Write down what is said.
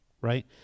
right